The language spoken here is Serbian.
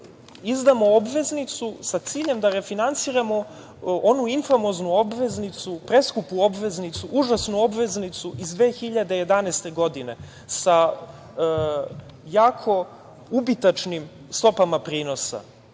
izdamo obveznicu sa ciljem da refinansiramo onu infomoznu obveznicu, preskupu obveznicu, užasnu obveznicu iz 2011. godine sa jako ubitačnim stopama prinosa.